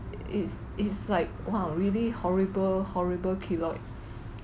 it's it's like !wow! really horrible horrible keloid